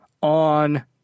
on